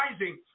rising